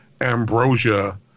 Ambrosia